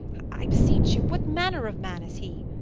i beseech you, what manner of man is he?